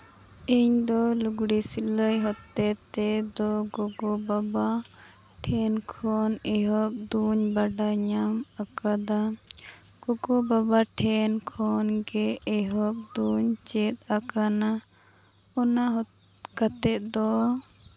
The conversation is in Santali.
ᱤᱧᱫᱚ ᱞᱩᱜᱽᱲᱤ ᱥᱤᱞᱟᱹᱭ ᱦᱚᱛᱮᱡ ᱛᱮᱫᱚ ᱜᱚᱜᱚ ᱵᱟᱵᱟ ᱴᱷᱮᱱ ᱠᱷᱚᱱ ᱮᱦᱚᱵ ᱫᱚᱧ ᱵᱟᱰᱟᱭ ᱧᱟᱢ ᱟᱠᱟᱜᱼᱟ ᱜᱚᱜᱚ ᱵᱟᱵᱟ ᱴᱷᱮᱱ ᱠᱷᱚᱱᱜᱮ ᱮᱦᱚᱵ ᱫᱚᱧ ᱪᱮᱫ ᱟᱠᱟᱱᱟ ᱚᱱᱟ ᱠᱷᱟᱹᱛᱤᱨ ᱫᱚ